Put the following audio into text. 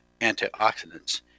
antioxidants